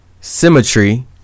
symmetry